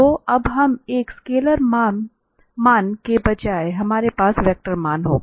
तो अब एक स्केलर मान के बजाय हमारे पास वेक्टर मान होगा